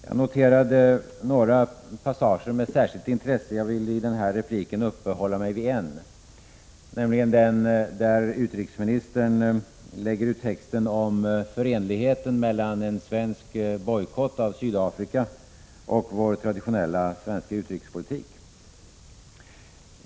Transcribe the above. Jag noterade några passager med stort intresse, och jag vill i den här repliken uppehålla mig vid en, nämligen den där utrikesministern lägger uttexteni frågan huruvida en svensk bojkott av Sydafrika är förenlig med vår traditionella svenska utrikespolitik.